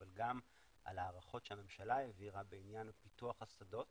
אבל גם על הערכות שהממשלה העבירה בעניין פיתוח השדות